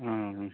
हा ह्म्